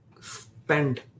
spend